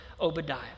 Obadiah